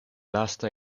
lasta